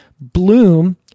bloom